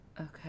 Okay